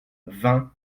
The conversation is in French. vingt